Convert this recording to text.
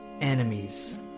enemies